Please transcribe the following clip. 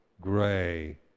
gray